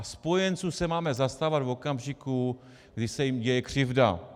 Spojenců se máme zastávat v okamžiku, kdy se jim děje křivda.